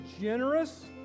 generous